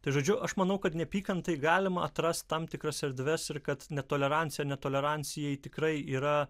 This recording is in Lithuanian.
tai žodžiu aš manau kad neapykantai galima atrast tam tikras erdves ir kad netolerancija netolerancijai tikrai yra